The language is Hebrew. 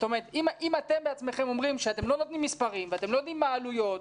אם אתם בעצמכם אומרים שאתם לא נותנים מספרים ואתם לא יודעים מה העלויות,